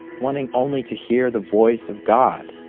wanting only to hear the voice of god.